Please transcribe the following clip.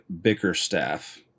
Bickerstaff